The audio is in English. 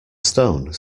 stone